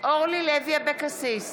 אורלי לוי אבקסיס,